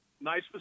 nice